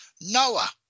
Noah